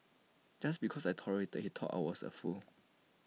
just because I tolerated he thought I was A fool